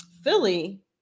Philly